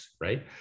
Right